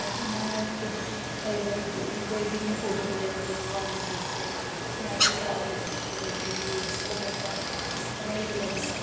में कोशिश केंई बारी किती दी कोई बी इयां फोटो बगैरा कोई भगवान दी फोटो जां कोई काॅलेज दी फोटो लग्गी दी होऐ ओह् में बनाई गै लैन्नी